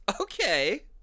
Okay